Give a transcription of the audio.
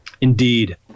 Indeed